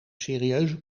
serieuze